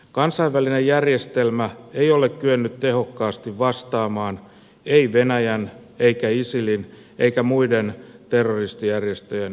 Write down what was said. kansainvälinen järjestelmä ei ole kyennyt tehokkaasti vastaamaan venäjän eikä isilin eikä muiden terroristijärjestöjen toimintaan